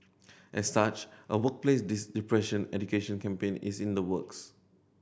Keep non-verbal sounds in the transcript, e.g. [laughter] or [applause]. as such a workplace [unintelligible] depression education campaign is in the works